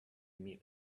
meet